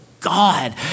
God